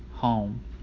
home